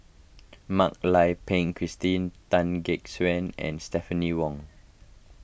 Mak Lai Peng Christine Tan Gek Suan and Stephanie Wong